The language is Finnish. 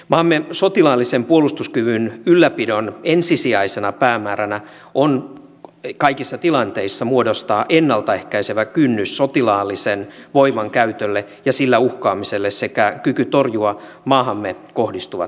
maamme sotilaallisen puolustuskyvyn ylläpidon ensisijaisena päämääränä on kaikissa tilanteissa muodostaa ennalta ehkäisevä kynnys sotilaallisen voiman käytölle ja sillä uhkaamiselle sekä kyky torjua maahamme kohdistuvat hyökkäykset